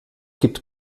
gibt